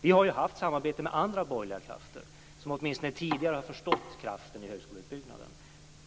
Vi har haft ett samarbete med andra borgerliga krafter, som åtminstone tidigare har förstått kraften i högskoleutbyggnaden.